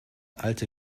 alte